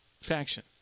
faction